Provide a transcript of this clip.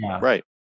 Right